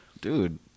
dude